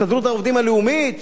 100,000 הכול יחד.